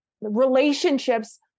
relationships